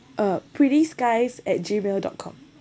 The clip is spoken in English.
uh pretty skies at gmail dot com